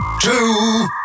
two